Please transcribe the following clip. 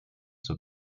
zur